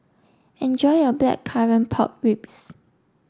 enjoy your Blackcurrant Pork Ribs